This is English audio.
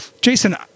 Jason